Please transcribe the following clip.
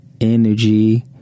energy